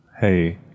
Hey